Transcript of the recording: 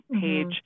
page